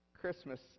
Christmas